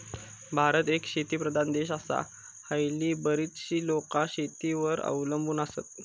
भारत एक शेतीप्रधान देश आसा, हयली बरीचशी लोकां शेतीवर अवलंबून आसत